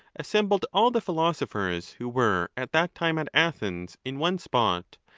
assembled all the philosophers who were at that time at athens in one spot,